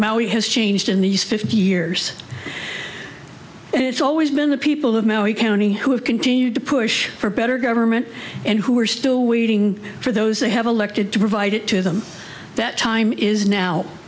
much has changed in these fifty years and it's always been the people of maui county who have continued to push for better government and who are still waiting for those they have elected to provide it to them that time is now